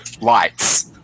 lights